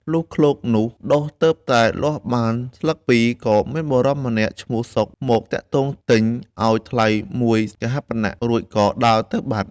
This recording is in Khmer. លុះឃ្លោកនោះដុះទើបតែលាស់បានស្លឹកពីរ ក៏មានបុរសម្នាក់ឈ្មោះ សុខ មកទាក់ទងទិញ ឱ្យថ្លៃមួយកហាបណៈ រួចក៏ដើរទៅបាត់។